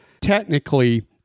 technically